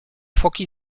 foki